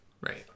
Right